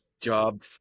job